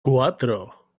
cuatro